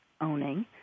owning